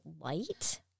light